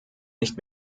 nicht